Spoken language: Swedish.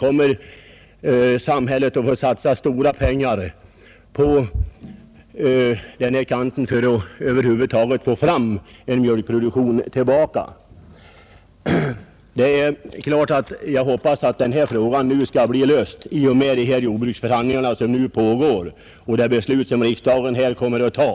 Samhället kommer att behöva satsa stora pengar för att vi åter skall få en tillräcklig mjölkproduktion. Jag hoppas givetvis att denna fråga skall lösas i och med de jordbruksförhandlingar som nu pågår och genom beslut som riksdagen kommer att fatta.